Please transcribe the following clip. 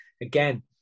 again